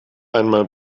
einmal